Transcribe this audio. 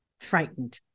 frightened